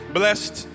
blessed